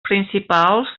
principals